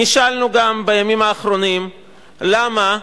נשאלנו גם בימים האחרונים למה,